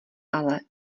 ale